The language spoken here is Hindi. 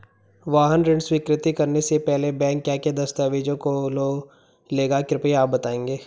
वाहन ऋण स्वीकृति करने से पहले बैंक क्या क्या दस्तावेज़ों को लेगा कृपया आप बताएँगे?